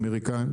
אמריקאים,